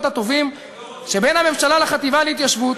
הטובים שבין הממשלה לחטיבה להתיישבות,